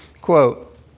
Quote